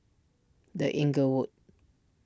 the Inglewood